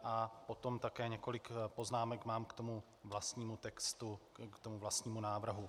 A potom také několik poznámek mám k vlastnímu textu, k vlastnímu návrhu.